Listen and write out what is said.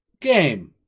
game